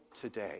today